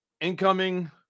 incoming